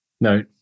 No